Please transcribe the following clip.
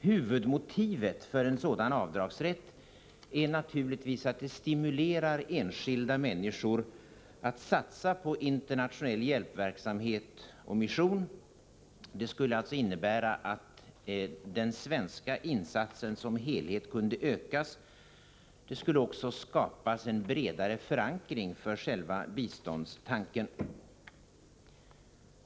Huvudmotivet för den aktuella avdragsrätten är naturligtvis att den stimulerar enskilda människor att satsa på internationell hjälpverksamhet och mission. Det skulle alltså innebära att den svenska insatsen som helhet kunde ökas. Det skulle också skapas en bredare förankring för biståndstanken.